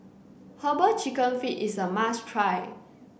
herbal chicken feet is a must try